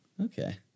Okay